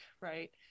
right